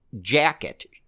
jacket